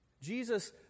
Jesus